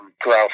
grouse